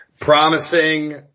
Promising